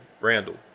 Randall